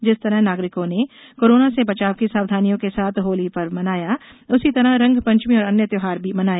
जिस तरह नागरिकों ने कोरोना से बचाव की सावधानियों के साथ होली पर्व मनाया उसी तरह रंग पंचमी और अन्य त्यौहार भी मनाए